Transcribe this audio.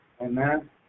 Amen